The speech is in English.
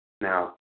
Now